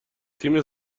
تیم